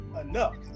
enough